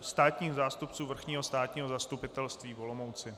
Státních zástupců Vrchního státního zastupitelství v Olomouci.